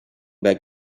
back